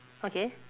okay